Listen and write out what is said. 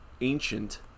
ancient